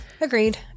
agreed